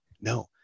no